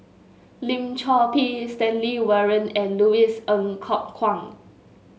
Lim Chor Pee Stanley Warren and Louis Ng Kok Kwang